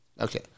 okay